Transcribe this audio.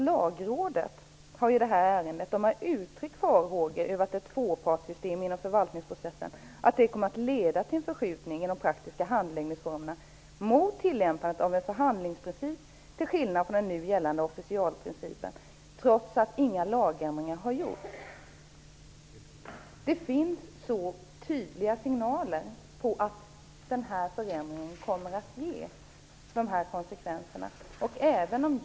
Lagrådet har i det här ärendet uttryckt farhågor om att ett tvåpartssystem inom förvaltningsprocessen kommer att leda till en förskjutning i de praktiska handläggningsformerna mot tillämpandet av en förhandlingsprincip, till skillnad från den nu gällande officialprincipen. Detta skulle bli fallet trots att inga lagändringar har gjorts. Det finns så tydliga signaler om att den här förändringen kommer att ge de här konsekvenserna.